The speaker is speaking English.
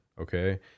okay